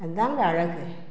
அதாங்க அழகு